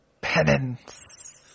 Penance